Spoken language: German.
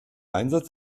einsatz